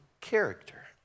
character